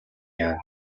яана